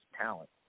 talent